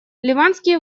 ливанские